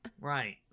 Right